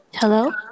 Hello